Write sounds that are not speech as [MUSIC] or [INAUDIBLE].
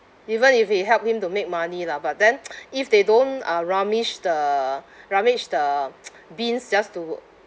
even if it help him to make money lah but then [NOISE] if they don't uh rummage the rummage the [NOISE] bins just to